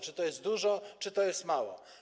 Czy to jest dużo, czy to jest mało?